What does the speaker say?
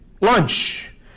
lunch